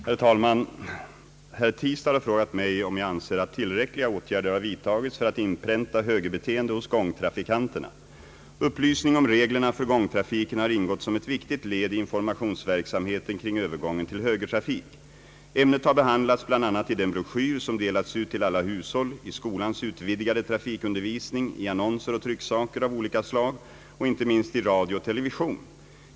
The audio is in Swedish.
Herr talman! Herr Tistad har frågat mig om jag anser att tillräckliga åtgärder har vidtagits för att inpränta högerbeteende hos gångtrafikanterna. Upplysning om reglerna för gångtrafiken har ingått som ett viktigt led i informationsverksamheten kring övergången till högertrafik. Ämnet har behandlats bl.a. i den broschyr som delats ut till alla hushåll, i skolans utvidgade trafikundervisning, i annonser och trycksaker av olika slag och inte minst i radio och television.